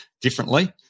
differently